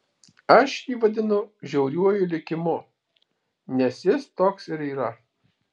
aš jį vadinu žiauriuoju likimu nes jis toks ir yra